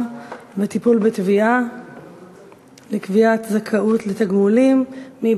בטיפול בתביעה לקביעת זכאות לתגמולים לפי החלטה מינהלית,